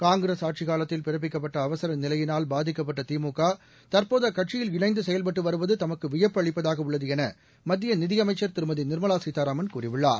காங்கிரஸ் ஆட்சிக் காலத்தில் பிறப்பிக்கப்பட்ட அவசர நிலையினால் பாதிக்கப்பட்ட திமுக தற்போது அக்கட்சியில் இணைந்து செயல்பட்டு வருவது தமக்கு வியப்பு அளிப்பதாக உள்ளது என மத்திய நிதி அமைச்சர் திருமதி நிர்மலா சீதாராமன் கூறியுள்ளார்